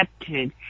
accepted